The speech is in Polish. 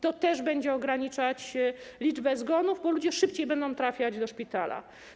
To też będzie ograniczać liczbę zgonów, bo ludzie szybciej będą trafiać do szpitala.